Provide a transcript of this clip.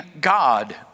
God